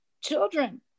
children